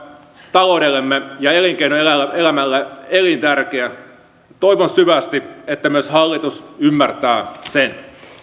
taloudellemme ja elinkeinoelämälle elintärkeä toivon syvästi että myös hallitus ymmärtää sen